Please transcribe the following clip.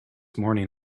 morning